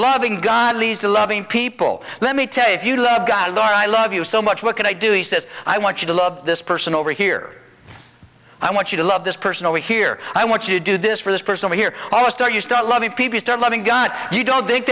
loving god leads to loving people let me tell you if you love god or i love you so much what can i do he says i want you to love this person over here i want you to love this person over here i want you to do this for this person here almost are you still love me people start loving gun you don't think